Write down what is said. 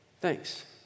Thanks